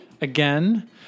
Again